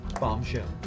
bombshell